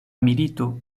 milito